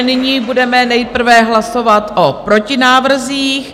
Nyní budeme nejprve hlasovat o protinávrzích.